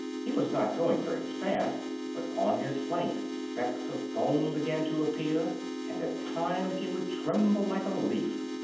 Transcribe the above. he was not going very fast, but on his flanks specks of foam began to appear and at times he would tremble like a leaf.